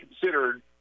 considered